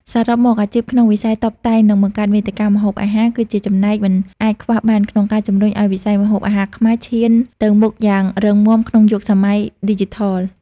សរុបមក អាជីពក្នុងវិស័យតុបតែង និងបង្កើតមាតិកាម្ហូបអាហារ គឺជាចំណែកមិនអាចខ្វះបានក្នុងការជំរុញឱ្យវិស័យម្ហូបអាហារខ្មែរឈានទៅមុខយ៉ាងរឹងមាំក្នុងយុគសម័យឌីជីថល។